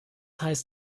heißt